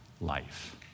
life